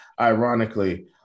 ironically